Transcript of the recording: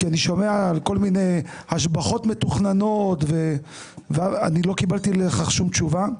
כי אני שומע על כל מיני השבחות מתוכננות ואני לא קיבלתי לכך שום תשובה.